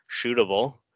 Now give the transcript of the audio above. shootable